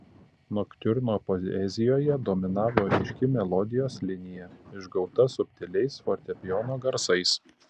noktiurno poezijoje dominavo ryški melodijos linija išgauta subtiliais fortepijono garsais